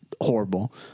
horrible